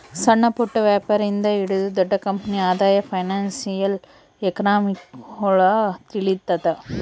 ಸಣ್ಣಪುಟ್ಟ ವ್ಯಾಪಾರಿ ಇಂದ ಹಿಡಿದು ದೊಡ್ಡ ಕಂಪನಿ ಆದಾಯ ಫೈನಾನ್ಶಿಯಲ್ ಎಕನಾಮಿಕ್ರೊಳಗ ತಿಳಿತದ